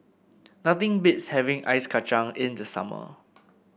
nothing beats having Ice Kachang in the summer